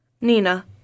Nina